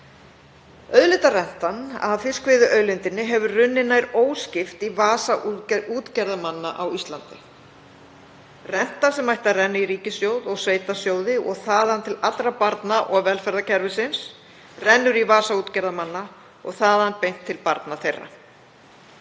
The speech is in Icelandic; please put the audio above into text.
Auðlindarentan af fiskveiðiauðlindinni hefur runnið nær óskipt í vasa útgerðarmanna á Íslandi. Renta sem ætti að renna í ríkissjóð og sveitarsjóði og þaðan til allra barna og velferðarkerfisins rennur í vasa útgerðarmanna og þaðan beint til barna þeirra.